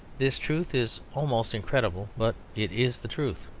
this truth is almost incredible, but it is the truth.